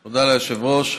ליושב-ראש.